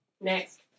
Next